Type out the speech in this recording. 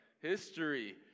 History